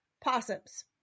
possums